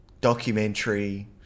documentary